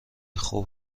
خوب